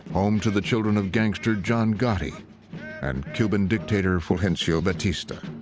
home to the children of gangster john gotti and cuban dictator fulgencio batista.